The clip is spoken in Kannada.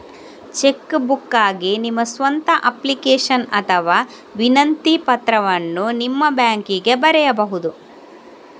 ಚೆಕ್ ಬುಕ್ಗಾಗಿ ನಿಮ್ಮ ಸ್ವಂತ ಅಪ್ಲಿಕೇಶನ್ ಅಥವಾ ವಿನಂತಿ ಪತ್ರವನ್ನು ನಿಮ್ಮ ಬ್ಯಾಂಕಿಗೆ ಬರೆಯಬಹುದು